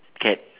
cat